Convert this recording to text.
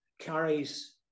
carries